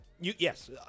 Yes